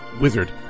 Wizard